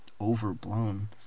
overblown